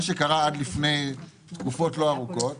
מה שקרה עד לפני תקופות לא ארוכות,